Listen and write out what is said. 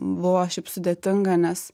buvo šiaip sudėtinga nes